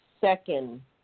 second